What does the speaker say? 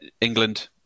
England